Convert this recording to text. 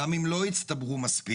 גם אם לא הצטברו מספיק,